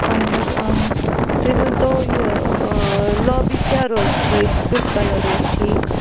اَہَن حظ تُہۍ ؤنۍتو یہِ لابی کیٛاہ روزِ ٹھیٖک کٮُ۪تھ کلر روزِ ٹھیٖک